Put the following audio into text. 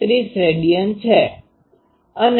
36 radian છે